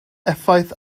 effaith